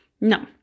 No